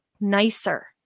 nicer